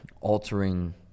altering